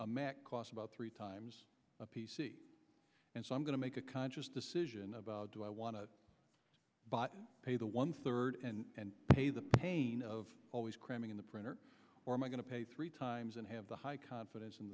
a mac cost about three times a p c and so i'm going to make a conscious decision about do i want to pay the one third and pay the pain of always cramming in the printer or am i going to pay three times and have the high confidence